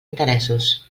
interessos